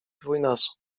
dwójnasób